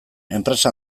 enpresa